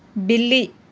بلی